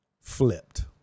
flipped